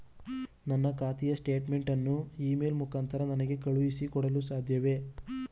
ನನ್ನ ಖಾತೆಯ ಸ್ಟೇಟ್ಮೆಂಟ್ ಅನ್ನು ಇ ಮೇಲ್ ಮುಖಾಂತರ ನನಗೆ ಕಳುಹಿಸಿ ಕೊಡಲು ಸಾಧ್ಯವೇ?